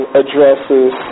addresses